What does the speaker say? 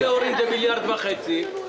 בסך הכול השתתפות ההורים זה מיליארד וחצי שקל,